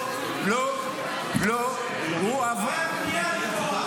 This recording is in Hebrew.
לכאורה, עבריין בנייה, לכאורה.